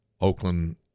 Oakland